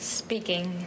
speaking